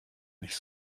nicht